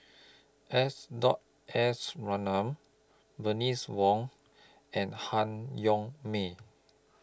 S Dot S Ratnam Bernice Wong and Han Yong May